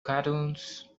cartoons